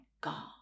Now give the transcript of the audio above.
God